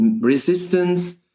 resistance